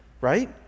right